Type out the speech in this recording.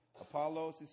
Apollos